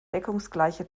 deckungsgleiche